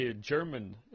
German